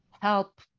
help